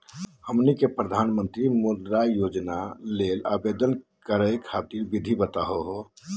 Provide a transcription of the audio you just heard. हमनी के प्रधानमंत्री मुद्रा योजना महिना आवेदन करे खातीर विधि बताही हो?